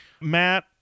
Matt